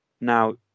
now